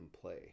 play